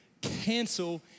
cancel